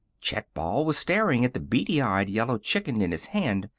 chet ball was staring at the beady-eyed yellow chicken in his hand.